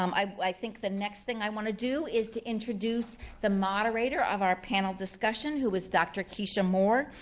um i i think the next thing i wanna do is to introduce the moderator of our panel discussion, who is dr. kesha moore.